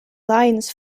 lions